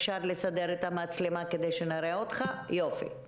בוקר טוב.